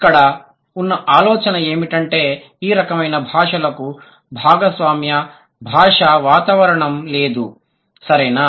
ఇక్కడ ఉన్న ఆలోచన ఏమిటంటే ఈ రకమైన భాషలకు భాగస్వామ్య భాషా వాతావరణం లేదు సరేనా